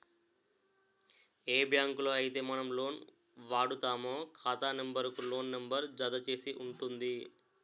ఏ బ్యాంకులో అయితే మనం లోన్ వాడుతామో ఖాతా నెంబర్ కు లోన్ నెంబర్ జత చేసి ఉంటుంది